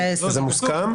זה מוסכם.